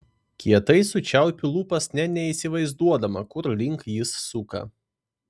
kietai sučiaupiu lūpas nė neįsivaizduodama kur link jis suka